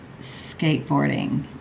skateboarding